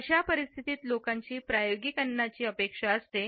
अशा परिस्थितीत लोकांची प्रायोगिक अन्नाची अपेक्षा असते